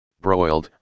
broiled